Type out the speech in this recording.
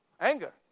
Anger